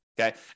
Okay